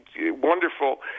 wonderful